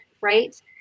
right